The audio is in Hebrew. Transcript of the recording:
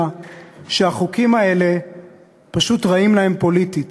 שהחוקים האלה פשוט רעים להם פוליטית,